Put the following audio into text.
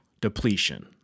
depletion